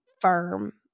firm